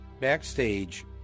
Backstage